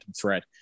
threat